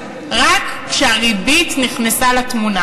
רק כשהריבית נכנסה לתמונה.